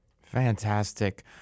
Fantastic